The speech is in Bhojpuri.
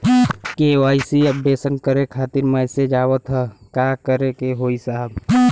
के.वाइ.सी अपडेशन करें खातिर मैसेज आवत ह का करे के होई साहब?